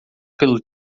pelo